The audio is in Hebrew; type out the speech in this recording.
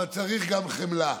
אבל צריך גם חמלה.